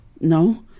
No